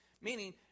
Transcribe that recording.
Meaning